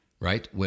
right